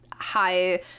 high